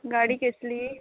गाडी केसली